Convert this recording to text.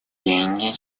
деньги